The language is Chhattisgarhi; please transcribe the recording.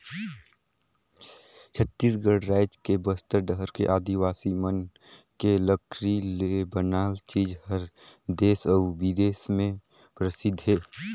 छत्तीसगढ़ रायज के बस्तर डहर के आदिवासी मन के लकरी ले बनाल चीज हर देस अउ बिदेस में परसिद्ध हे